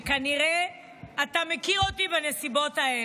וכנראה אתה מכיר אותי בנסיבות האלה.